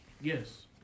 Yes